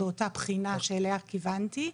באותה בחינה שאליה כיוונתי.